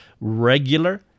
Regular